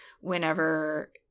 whenever